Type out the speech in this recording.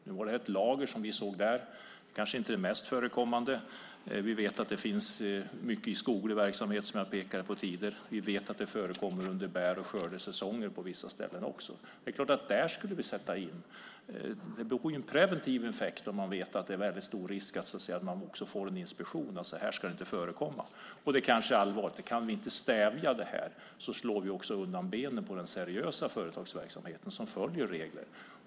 Nu var det fråga om ett lager. Men det kanske inte är det mest förekommande. Vi vet att det förekommer mycket i skoglig verksamhet, som jag pekade på tidigare. Vi vet att det förekommer under bär och skördesäsonger på vissa ställen också. Det är klart att vi skulle sätta in åtgärder där. Det får en preventiv effekt om man vet att det är väldigt stor risk att det blir en inspektion där det framkommer att detta inte ska förekomma. Det kanske allvarligaste är att om vi inte kan stävja detta slår vi också undan benen på den seriösa företagsverksamheten som följer regler.